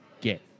get